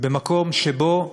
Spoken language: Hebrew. במקום שבו,